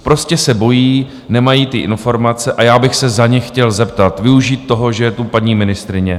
Prostě se bojí, nemají ty informace a já bych se za ně chtěl zeptat, využít toho, že je tu paní ministryně.